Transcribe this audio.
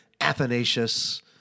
Athanasius